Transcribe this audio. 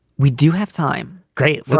we do have time. great.